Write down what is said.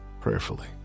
prayerfully